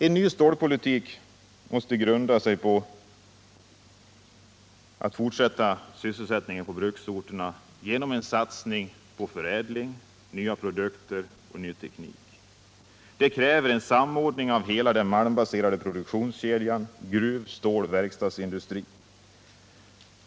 En ny stålpolitik måste trygga den fortsatta sysselsättningen på bruksorterna genom satsning på förädling, nya produkter och ny teknik. Detta kräver en samordning av hela den malmbaserade produktionskedjan; gruv-, ståloch verkstadsindustri.